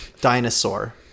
dinosaur